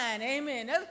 amen